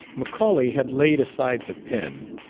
macaulay had laid aside the pen,